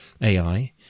ai